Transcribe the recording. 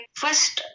first